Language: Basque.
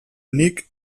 nik